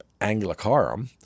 Anglicarum